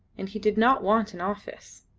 and he did not want an office.